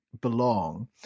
belong